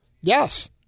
Yes